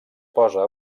posa